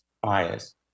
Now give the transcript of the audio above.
bias